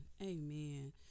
amen